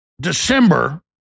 December